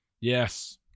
Yes